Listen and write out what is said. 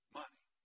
money